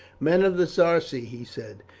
men of the sarci, he said,